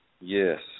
Yes